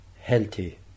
healthy